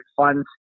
funds